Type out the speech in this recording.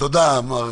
עם כל